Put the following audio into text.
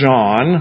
John